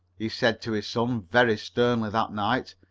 he said to his son very sternly that night,